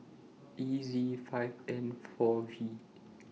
E Z five N four V